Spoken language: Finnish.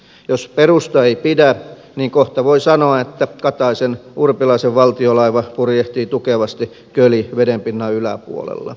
jos perusta ei pidä niin kohta voi sanoa että kataisenurpilaisen valtiolaiva purjehtii tukevasti köli vedenpinnan yläpuolella